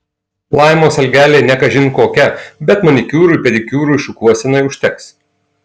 laimos algelė ne kažin kokia bet manikiūrui pedikiūrui šukuosenai užteks